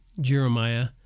Jeremiah